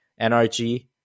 NRG